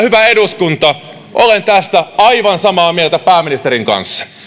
hyvä eduskunta olen tästä aivan samaa mieltä pääministerin kanssa